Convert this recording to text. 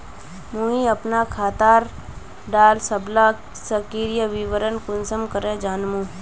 मुई अपना खाता डार सबला सक्रिय विवरण कुंसम करे जानुम?